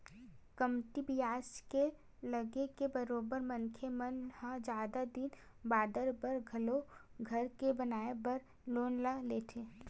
कमती बियाज के लगे ले बरोबर मनखे मन ह जादा दिन बादर बर घलो घर के बनाए बर लोन ल लेथे